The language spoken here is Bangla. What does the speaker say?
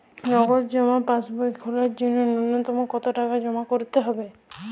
নগদ জমা পাসবই খোলার জন্য নূন্যতম কতো টাকা জমা করতে হবে?